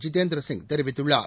ஜிதேந்திர சிங் தெரிவித்துள்ளார்